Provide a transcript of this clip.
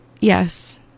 Yes